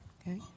okay